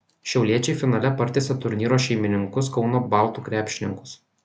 šiauliečiai finale partiesė turnyro šeimininkus kauno baltų krepšininkus